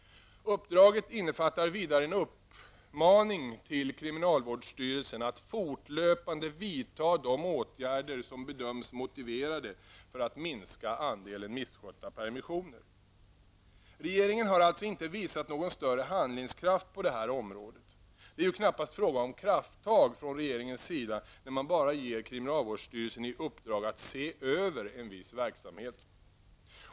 Uppdraget innefattar vidare en uppmaning till kriminalvårdsstyrelsen att fortlöpande vidta de åtgärder som bedöms motiverade för att minska andelen misskötta permissioner. Regeringen har alltså inte visat någon större handlingskraft på det här området. Det är ju knappast fråga om krafttag från regeringens sida när man bara ger kriminalvårdsstyrelsen i uppdrag att ''se över'' en viss verksamhet.